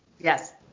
Yes